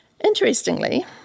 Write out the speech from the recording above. Interestingly